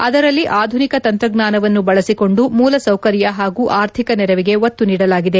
ಅದರಲ್ಲಿ ಆಧುನಿಕ ತಂತ್ರಜ್ವಾನವನ್ನು ಬಳಿಸಿಕೊಂಡು ಮೂಲಸೌಕರ್ಯ ಹಾಗೂ ಅರ್ಥಿಕ ನೆರವಿಗೆ ಒತ್ತು ನೀಡಲಾಗಿದೆ